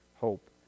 hope